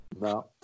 No